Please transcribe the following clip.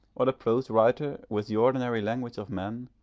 or the prose-writer with the ordinary language of men,